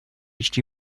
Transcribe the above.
phd